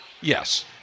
Yes